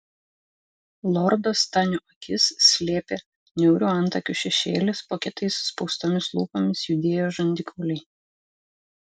lordo stanio akis slėpė niaurių antakių šešėlis po kietai suspaustomis lūpomis judėjo žandikauliai